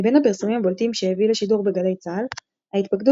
מבין הפרסומים הבולטים שהביא לשידור בגלי צה"ל ההתפקדות